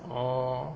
orh